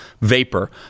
vapor